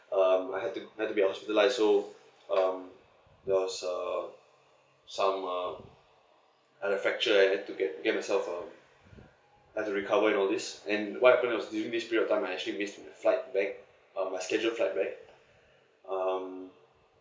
um I had to be I had to be hospitalised so um there was um some uh hairline fracture I need to get to get myself um I had to recover and all this and what happened was during this period of time I actually missed my flight back um my schedule flight back um